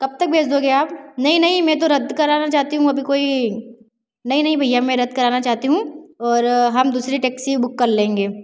कब तक भेज दोगे आप नहीं नहीं मैं तो रद्द कराना चाहती हूँ अभी कोई नहीं नहीं भैया मैं रद्द कराना चाहती हूँ और हम दूसरी टेक्सी बुक कर लेंगे